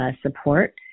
support